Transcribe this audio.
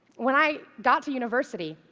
when i got to university,